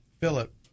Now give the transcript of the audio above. Philip